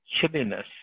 chilliness